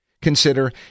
Consider